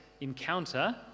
encounter